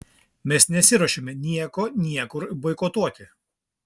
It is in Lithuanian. mes nesiruošiame nieko niekur boikotuoti